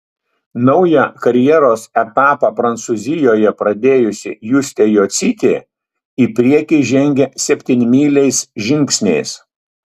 naują karjeros etapą prancūzijoje pradėjusi justė jocytė į priekį žengia septynmyliais žingsniais